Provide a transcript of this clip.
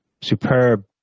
superb